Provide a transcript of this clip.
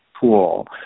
pool